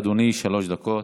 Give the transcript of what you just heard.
בבקשה, אדוני, שלוש דקות.